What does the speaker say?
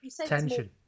tension